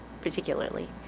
particularly